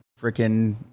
freaking